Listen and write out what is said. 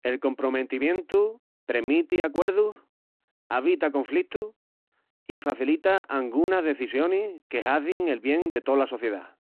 El comprometimientu premiti acuerdus, avita conflitus i facilita angunas dezisionis que hazin el bien de tola sociedá.